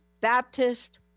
Baptist